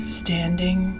standing